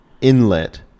inlet